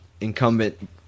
incumbent